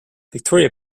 victoria